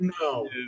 no